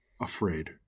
afraid